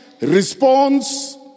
response